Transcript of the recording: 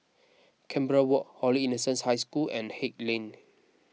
Canberra Walk Holy Innocents' High School and Haig Lane